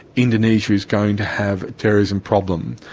indonesia is going to have a terrorism problem.